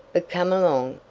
but come along,